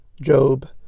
Job